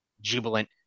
jubilant